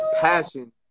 passion